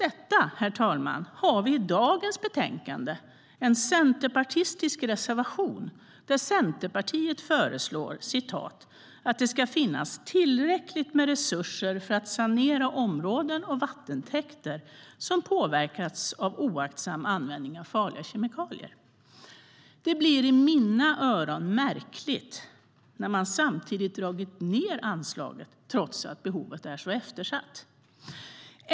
Trots detta har vi i dagens betänkande en centerpartistisk reservation där Centerpartiet föreslår att "det ska finnas tillräckligt med resurser för att sanera områden och vattentäkter som påverkats av oaktsam användning av farliga kemikalier". Detta blir i mina öron märkligt när man samtidigt dragit ned anslaget trots att behovet är så eftersatt.